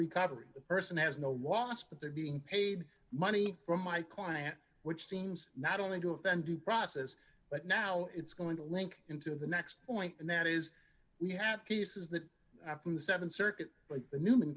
recovery the person has no loss but they're being paid money from my client which seems not only to offend due process but now it's going to link into the next point and that is we have cases that have been the th circuit the newman